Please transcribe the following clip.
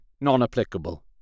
Non-Applicable